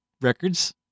records